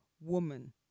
woman